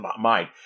mind